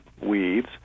weeds